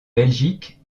belgique